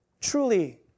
truly